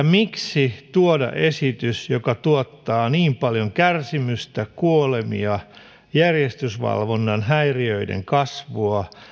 miksi tuoda esitys joka tuottaa niin paljon kärsimystä kuolemia järjestyksenvalvonnan häiriöiden kasvua